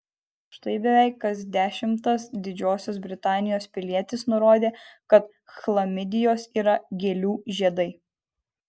štai beveik kas dešimtas didžiosios britanijos pilietis nurodė kad chlamidijos yra gėlių žiedai